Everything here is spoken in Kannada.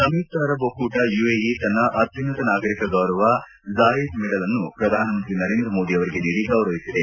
ಸಂಯುಕ್ತ ಅರಬ್ ಒಕ್ಕೂಟ ಯುಎಇ ತನ್ನ ಅತ್ಯುನ್ನಕ ನಾಗರಿಕ ಗೌರವ ಜಾಯೆದ್ ಮೆಡಲ್ ಅನ್ನು ಪ್ರಧಾನಮಂತ್ರಿ ನರೇಂದ್ರ ಮೋದಿ ಅವರಿಗೆ ನೀಡಿ ಗೌರವಿಸಿದೆ